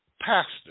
pastor